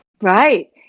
Right